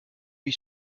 lui